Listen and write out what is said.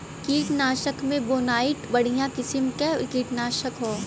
कीटनाशक में बोनाइट बढ़िया किसिम क कीटनाशक हौ